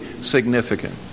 significant